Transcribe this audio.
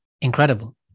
incredible